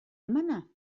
emana